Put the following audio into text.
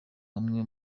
hamwe